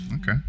Okay